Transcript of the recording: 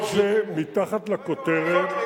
כל זה מתחת לכותרת,